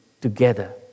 together